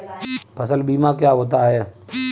फसल बीमा क्या होता है?